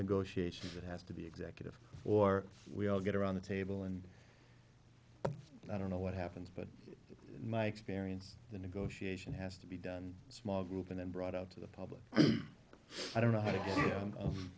negotiation that has to be executive or we all get around the table and i don't know what happens but my experience the negotiation has to be done smuggled in and brought out to the public i don't know